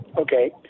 Okay